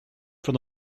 from